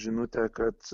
žinutė kad